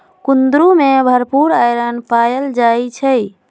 कुंदरू में भरपूर आईरन पाएल जाई छई